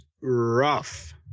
rough